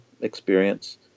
experience